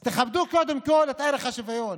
אז תכבדו קודם כול את ערך השוויון,